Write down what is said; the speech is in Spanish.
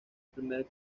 primer